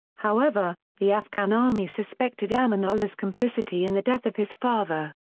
however, the afghan army suspected amanullah's complicity in the death of his father.